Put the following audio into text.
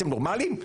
אתם נורמלים?